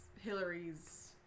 Hillary's